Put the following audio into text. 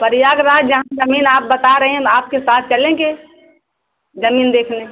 प्रयागराज जहाँ जमीन आप बता रहे हैं हम आपके साथ चलेंगे जमीन देखने